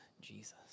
Jesus